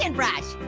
and brush.